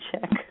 check